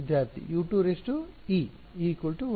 U2 ವಿದ್ಯಾರ್ಥಿ e 1